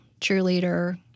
cheerleader